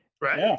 right